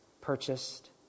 purchased